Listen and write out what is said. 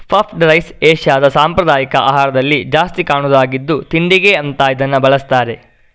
puffed rice ಏಷ್ಯಾದ ಸಾಂಪ್ರದಾಯಿಕ ಆಹಾರದಲ್ಲಿ ಜಾಸ್ತಿ ಕಾಣುದಾಗಿದ್ದು ತಿಂಡಿಗೆ ಅಂತ ಇದನ್ನ ಬಳಸ್ತಾರೆ